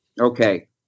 Okay